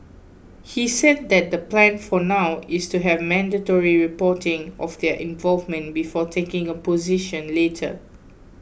he said that the plan for now is to have mandatory reporting of their involvement before taking a position later